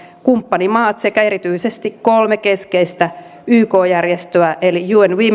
kumppanimaat sekä erityisesti kolme keskeistä yk järjestöä eli